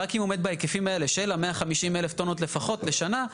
רק אם הוא עומד בהיקפים האלה של ה-150,000 טונות לפחות לשנה,